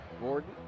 Gordon